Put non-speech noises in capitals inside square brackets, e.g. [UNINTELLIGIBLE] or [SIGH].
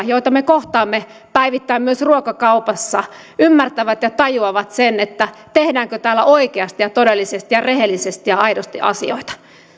[UNINTELLIGIBLE] joita me kohtaamme päivittäin myös ruokakaupassa tuolla turuilla ja toreilla ymmärtävät ja tajuavat sen tehdäänkö täällä oikeasti todellisesti rehellisesti ja aidosti asioita